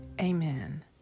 Amen